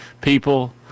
people